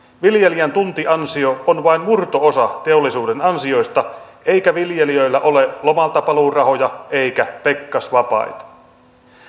viljelijän tuntiansio on vain murto osa teollisuuden ansioista eikä viljelijöillä ole lomaltapaluurahoja eikä pekkasvapaita